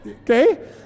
Okay